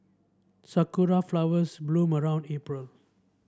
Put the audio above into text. sakura flowers bloom around April